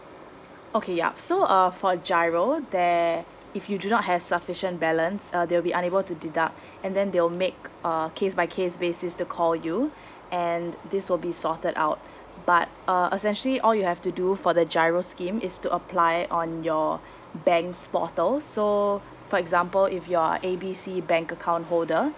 okay yup so uh for giro there if you do not have sufficient balance uh they'll be unable to deduct and then they will make uh case by case basis to call you and this will be sorted out but uh essentially all you have to do for the giro scheme is to apply on your banks portals so for example if you are A B C bank account holder